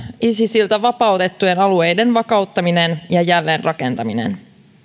isisiltä vapautettujen alueiden vakauttaminen ja jälleenrakentaminen